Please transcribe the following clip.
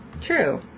true